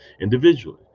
individually